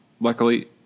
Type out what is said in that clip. luckily